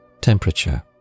Temperature